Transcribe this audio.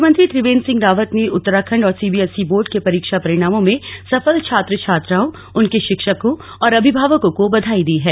मुख्यमंत्री त्रिवेन्द्र सिंह रावत ने उत्तराखण्ड और सीबीएसई बोर्ड के परीक्षा परिणामों में सफल छात्र छात्राओं उनके शिक्षकों और अभिभावकों को बधाई दी है